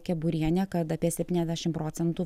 keburienė kad apie septyniasdešim procentų